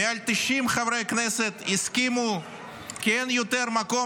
מעל 90 חברי כנסת הסכימו כי אין יותר מקום